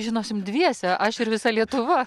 žinosim dviese aš ir visa lietuva